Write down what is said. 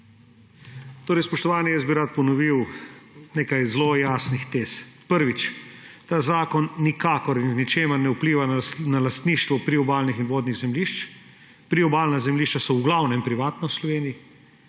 Spoštovani, rad bi ponovil nekaj zelo jasnih tez. Prvič, ta zakon nikakor in v ničemer ne vpliva na lastništvo priobalnih in vodnih zemljišč. Priobalna zemljišča so v glavnem privatna v Sloveniji,